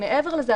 ומעבר לזה,